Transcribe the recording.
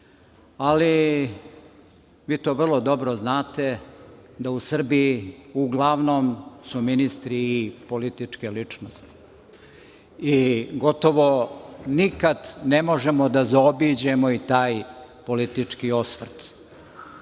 ali vi to dobro da u Srbiji uglavnom su ministri i političke ličnosti i gotovo nikada ne možemo da zaobiđemo i taj politički osvrt. Ja